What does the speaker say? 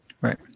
right